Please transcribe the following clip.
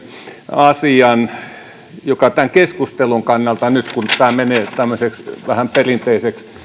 asian tämän keskustelun kannalta nyt kun tämä menee tämmöiseksi vähän perinteiseksi